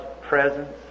presence